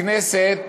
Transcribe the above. הכנסת,